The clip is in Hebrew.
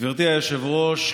גברתי היושבת-ראש,